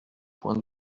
points